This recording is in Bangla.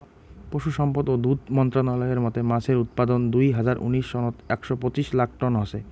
পশুসম্পদ ও দুধ মন্ত্রালয়ের মতে মাছের উৎপাদন দুই হাজার উনিশ সনত একশ পঁচিশ লাখ টন হসে